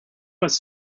was